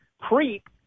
creep